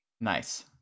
Nice